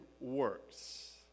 works